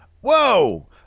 whoa